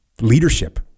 leadership